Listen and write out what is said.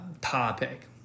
topic